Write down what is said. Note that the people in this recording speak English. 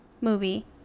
movie